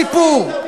וזה כל הסיפור.